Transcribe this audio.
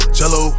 jello